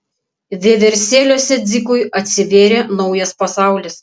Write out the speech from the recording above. vieversėliuose dzikui atsivėrė naujas pasaulis